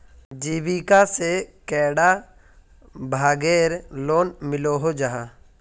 जीविका से कैडा भागेर लोन मिलोहो जाहा?